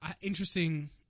Interesting